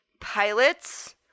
pilots